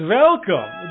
welcome